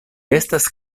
estas